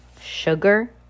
Sugar